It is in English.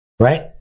Right